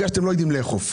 כי אתם לא יודעים לאכוף.